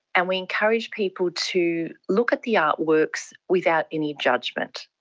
and we encourage people to look at the artworks without any judgment.